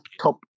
top